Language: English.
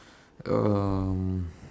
um